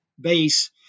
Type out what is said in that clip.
base